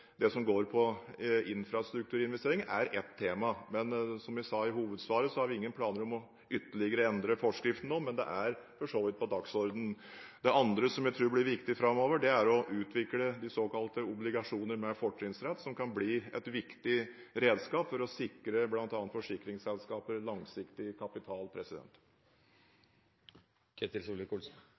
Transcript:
det som går på infrastrukturinvesteringer, er et tema, men som jeg sa i hovedsvaret, har vi ingen planer om ytterligere å endre forskriften nå, selv om det for så vidt er på dagsordenen. Det andre jeg tror blir viktig framover, er å utvikle såkalte obligasjoner med fortrinnsrett, som kan bli et viktig redskap for å sikre bl.a. forsikringsselskaper langsiktig kapital.